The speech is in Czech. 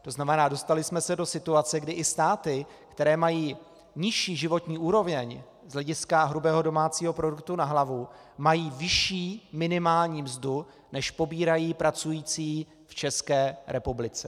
To znamená, dostali jsme se do situace, kdy i státy, které mají nižší životní úroveň z hlediska hrubého domácího produktu na hlavu, mají vyšší minimální mzdu, než pobírají pracující v České republice.